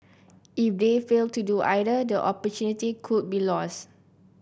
if they fail to do either the opportunity could be lost